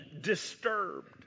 disturbed